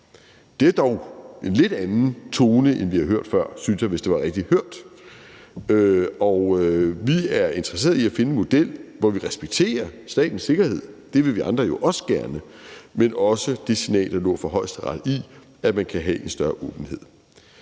Det er dog en lidt anden tone end den, vi har hørt før, synes jeg, hvis altså det var rigtigt hørt. Vi er interesseret i at finde en model, hvor vi respekterer statens sikkerhed, for det vil vi andre jo også gerne, men også det signal, der lå fra Højesteret, i, at man kan have en større åbenhed.